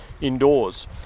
indoors